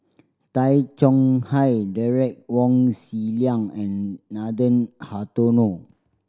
Tay Chong Hai Derek Wong Zi Liang and Nathan Hartono